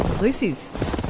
Lucy's